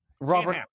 Robert